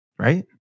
Right